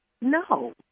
No